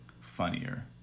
funnier